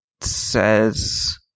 says